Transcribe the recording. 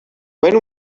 when